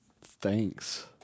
Thanks